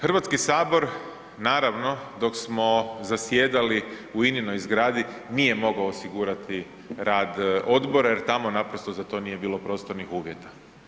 Hrvatski sabor naravno, dok smo zasjedali u INA-inoj zgradi nije mogao osigurati rad odbora jer tamo naprosto za to nije bilo prostornih uvjeta.